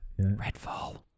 Redfall